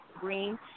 green